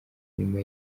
nyuma